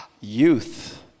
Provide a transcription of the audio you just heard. Youth